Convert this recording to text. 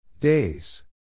Days